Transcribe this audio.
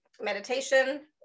meditation